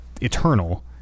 Eternal